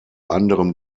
anderem